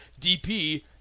DP